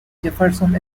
jefferson